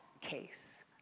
case